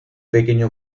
pequeño